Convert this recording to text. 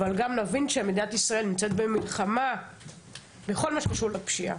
אבל גם נבין שמדינת ישראל נמצאת במלחמה בכל מה שקשור לפשיעה.